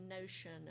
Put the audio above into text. notion